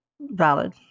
valid